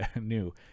new